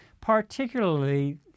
particularly